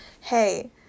hey